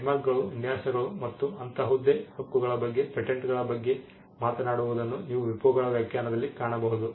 ಟ್ರೇಡ್ಮಾರ್ಕ್ಗಳು ವಿನ್ಯಾಸಗಳು ಮತ್ತು ಅಂತಹುದೇ ಹಕ್ಕುಗಳ ಬಗ್ಗೆ ಪೇಟೆಂಟ್ಗಳ ಬಗ್ಗೆ ಮಾತನಾಡುವುದನ್ನು ನೀವು WIPO ಗಳ ವ್ಯಾಖ್ಯಾನದಲ್ಲಿ ಕಾಣಬಹುದು